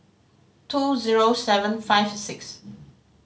two zero seven five six